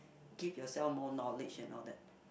keep yourself more knowledge and all that